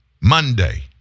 Monday